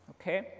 Okay